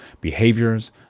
behaviors